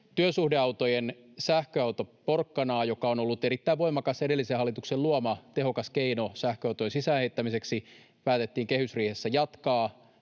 Työsuhdeautojen sähköautoporkkanaa, joka on ollut erittäin voimakas, edellisen hallituksen luoma tehokas keino sähköautojen sisäänheittämiseksi, päätettiin kehysriihessä jatkaa